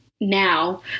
now